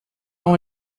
uma